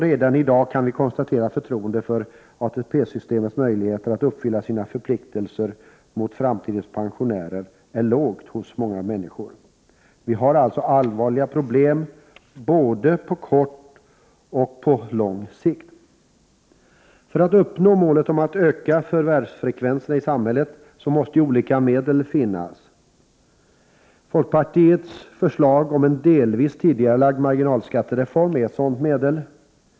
Redan i dag kan vi konstatera att förtroendet för ATP-systemets möjligheter att uppfylla sina förpliktelser mot framtidens pensionärer är lågt hos många människor. Vi har alltså allvarliga problem både på kort och på lång sikt. För att uppnå målet att öka förvärvsfrekvensen i samhället måste ju olika medel finnas. Folkpartiets förslag om en delvis tidigarelagd marginalskattereform är ett sådant medel.